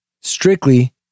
strictly